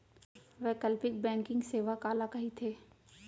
वैकल्पिक बैंकिंग सेवा काला कहिथे?